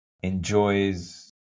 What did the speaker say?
enjoys